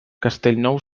castellnou